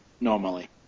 normally